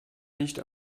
nicht